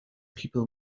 people